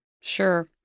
Sure